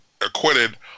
acquitted